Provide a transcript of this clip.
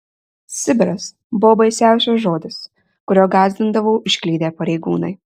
sibiras buvo baisiausias žodis kuriuo gąsdindavo užklydę pareigūnai